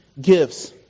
gifts